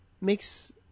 makes